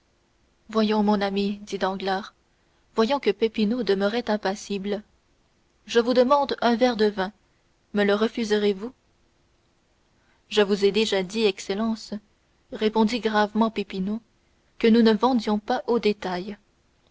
voyons mon ami dit danglars voyant que peppino demeurait impassible je vous demande un verre de vin me le refuserez-vous je vous ai déjà dit excellence répondit gravement peppino que nous ne vendions pas au détail